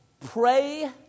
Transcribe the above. Pray